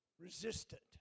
resistant